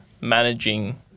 managing